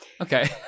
Okay